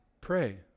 pray